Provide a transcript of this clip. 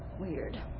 weird